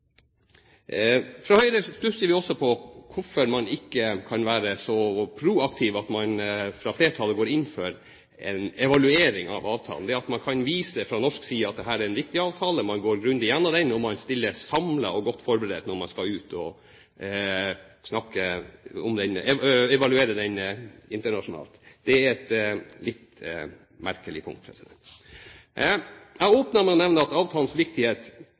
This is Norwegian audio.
Fra Høyres side stusser vi også på hvorfor man ikke kan være så proaktiv at man fra flertallet går inn for en evaluering av avtalen – det at man fra norsk side kan vise at dette er en viktig avtale, man går grundig gjennom den, og man stiller samlet og godt forberedt når man skal ut og evaluere den internasjonalt. Det er et litt merkelig punkt. Jeg åpnet med å nevne avtalens viktighet